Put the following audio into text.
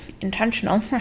intentional